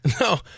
No